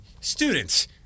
Students